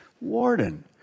warden